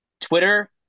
Twitter